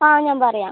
ആ ഞാൻ പറയാം